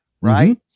right